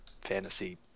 Fantasy